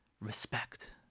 Respect